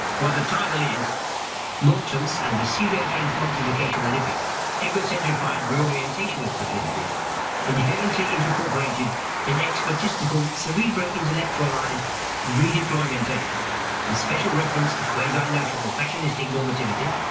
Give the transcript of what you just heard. well the title is nonscience and the pseudo-transmogrificationalific egocentrified reorientational proclivities inherently intracoorporated in expertistical cerebrointellectualized redeploymentation with special reference to quasi-notional fashionistic normativity,